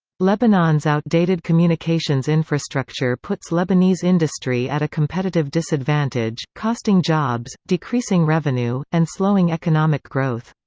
lebanon's outdated communications infrastructure puts lebanese industry at a competitive disadvantage, costing jobs, decreasing revenue, and slowing economic growth.